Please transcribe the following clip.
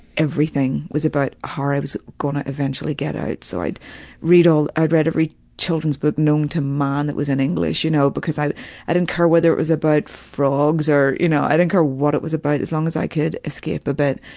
everything was about how i was gonna eventually get out, so i'd read all i read every children's book known to man that was in english, you know, because i, i didn't care whether it was about frogs or, you know, i didn't care what it was about as long as i could escape a bit.